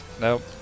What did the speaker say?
Nope